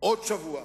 עוד שבוע.